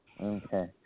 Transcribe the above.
Okay